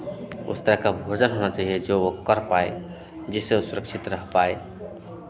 उस तरह का भोजन होना चाहिए जो वो कर पाए जिससे वो सुरक्षित रह पाए